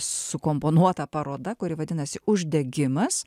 sukomponuota paroda kuri vadinasi uždegimas